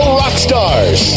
rockstars